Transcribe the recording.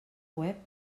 web